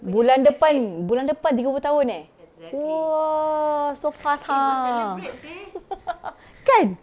bulan depan bulan depan tiga puluh tahun eh !wah! so fast ha kan